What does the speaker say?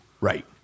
right